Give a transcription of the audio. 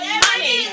money